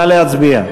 נא להצביע.